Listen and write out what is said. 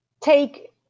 take